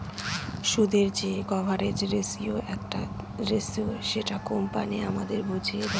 সুদের যে coverage ratio সেটা কোম্পানি আমাদের বুঝিয়ে দেয়